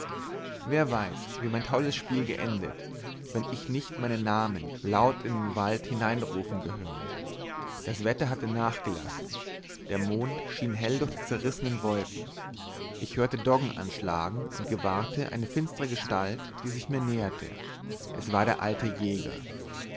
wer weiß wie mein tolles spiel geendet wenn ich nicht meinen namen laut in den wald hineinrufen gehört das wetter hatte nachgelassen der mond schien hell durch die zerrissenen wolken ich hörte doggen anschlagen und gewahrte eine finstere gestalt die sich mir näherte es war der alte jäger